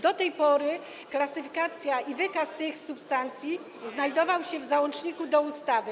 Do tej pory klasyfikacja i wykaz tych substancji znajdowały się w załączniku do ustawy.